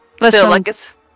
listen